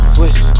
Swish